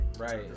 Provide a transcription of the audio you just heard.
Right